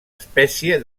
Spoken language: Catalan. espècie